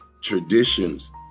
traditions